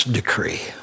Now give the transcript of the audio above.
decree